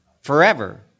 forever